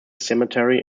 cemetery